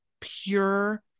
pure